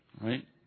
Right